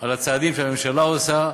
על הצעדים שהממשלה עושה,